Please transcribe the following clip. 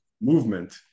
movement